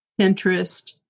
Pinterest